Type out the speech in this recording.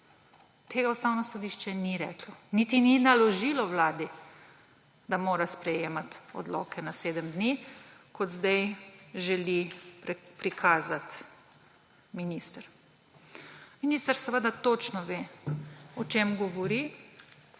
Tega Ustavno sodišče ni reklo, niti ni naložilo vladi, da mora sprejemati odloke na sedem dni, kot zdaj želi prikazati minister. Minister seveda točno ve, o čem govori.